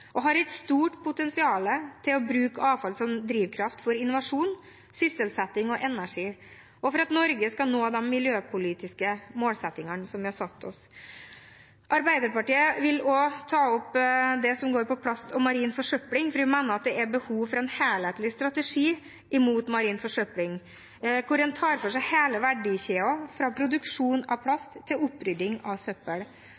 De har et stort potensial for å bruke avfall som drivkraft for innovasjon, sysselsetting og energi, og for at Norge skal nå de miljøpolitiske målsettingene vi har satt oss. Arbeiderpartiet vil også ta opp det som går på plast og marin forsøpling, for vi mener det er behov for en helhetlig strategi mot marin forsøpling, hvor en tar for seg hele verdikjeden fra produksjon av